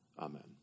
Amen